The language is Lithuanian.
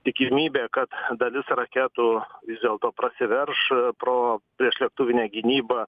tikimybė kad dalis raketų vis dėlto prasiverš pro priešlėktuvinę gynybą